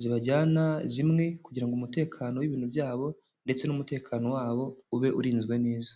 zibajyana zimwe, kugira ngo umutekano w'ibintu byabo ndetse n'umutekano wabo ube urinzwe neza.